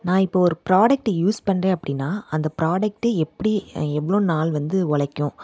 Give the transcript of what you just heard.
நான் இப்போது ஒரு புராடக்ட்டை யூஸ் பண்ணுறேன் அப்படின்னா அந்த புராடக்ட்டே எப்படி எவ்வளோ நாள் வந்து ஒழைக்கும்